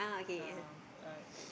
um uh